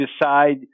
decide